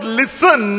listen